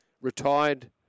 retired